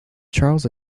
charles